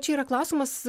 čia yra klausimas